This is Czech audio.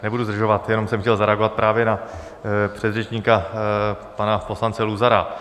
Nebudu zdržovat, jenom jsem chtěl zareagovat na předřečníka, poslance Luzara.